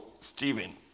Stephen